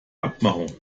abmachung